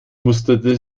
musterte